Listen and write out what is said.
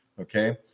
okay